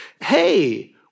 hey